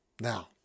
Now